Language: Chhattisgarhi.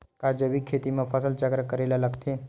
का जैविक खेती म फसल चक्र करे ल लगथे?